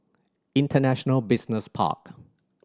International Business Park